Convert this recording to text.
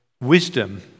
wisdom